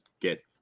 get